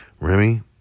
Remy